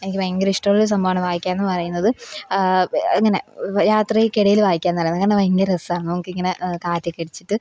എനിക്ക് ഭയങ്കര ഇഷ്ടമുള്ള ഒരു സംഭവമാണ് വായിക്കുക എന്ന് പറയുന്നത് ഇങ്ങനെ യാത്രയ്ക്കിടയിൽ വായിക്കുക എന്ന് പറയുന്നത് കാരണം ഭയങ്കര രസമാണ് നമുക്ക് ഇങ്ങനെ കാറ്റൊക്കെ അടിച്ചിട്ട്